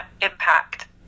impact